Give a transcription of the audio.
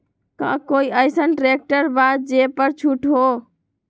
का कोइ अईसन ट्रैक्टर बा जे पर छूट हो?